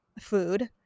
food